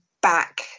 back